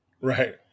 Right